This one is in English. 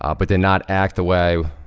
um but did not act a way,